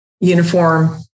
uniform